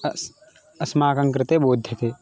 अस् अस्माकङ्कृते बोध्यते